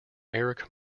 eric